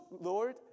Lord